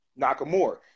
Nakamura